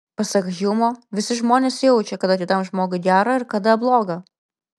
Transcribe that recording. pasak hjumo visi žmonės jaučia kada kitam žmogui gera ir kada bloga